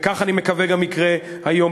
וכך אני מקווה גם יקרה היום,